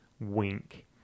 Wink